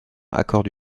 accorde